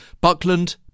Buckland